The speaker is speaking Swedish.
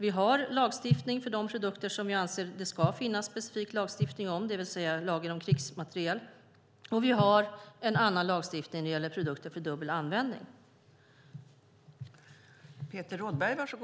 Vi har lagstiftning för de produkter som vi anser att det ska finnas specifik lagstiftning om, det vill säga lagen om krigsmateriel, och vi har en annan lagstiftning för produkter med dubbel användning.